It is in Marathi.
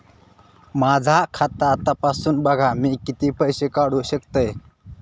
माझा खाता तपासून बघा मी किती पैशे काढू शकतय?